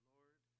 Lord